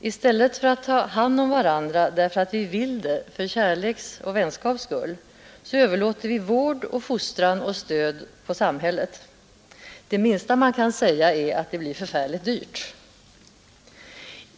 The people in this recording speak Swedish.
I stället för att ta hand om varandra därför att vi vill det, för kärleks och vänskaps skull, överlåter vi vård, fostran och stöd på samhället. Det minsta man kan säga är att det blir förfärligt dyrt.